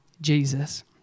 Jesus